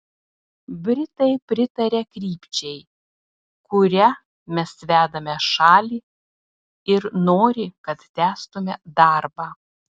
britai pritaria krypčiai kuria mes vedame šalį ir nori kad tęstume darbą